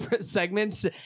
segments